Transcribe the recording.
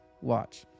Watch